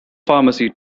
pharmacy